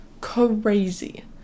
crazy